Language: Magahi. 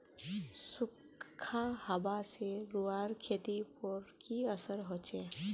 सुखखा हाबा से रूआँर खेतीर पोर की असर होचए?